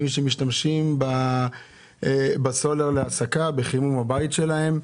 שמשתמשים בסולר להסקה לחימום הבית שלהם.